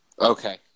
Okay